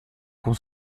con